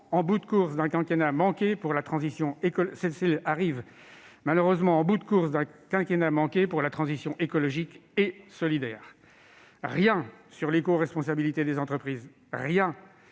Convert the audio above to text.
en bout de course d'un quinquennat manqué pour la transition écologique et solidaire : rien sur l'écoresponsabilité des entreprises, rien